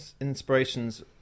inspirations